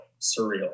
Surreal